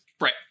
right